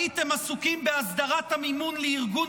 הייתם עסוקים בהסדרת המימון לארגון